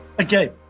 Okay